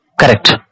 Correct